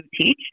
teach